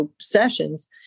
sessions